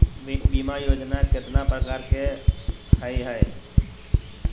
बीमा योजना केतना प्रकार के हई हई?